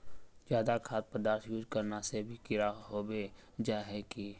ज्यादा खाद पदार्थ यूज करना से भी कीड़ा होबे जाए है की?